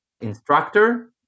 instructor